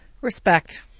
Respect